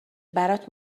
برات